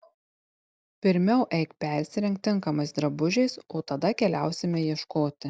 pirmiau eik persirenk tinkamais drabužiais o tada keliausime ieškoti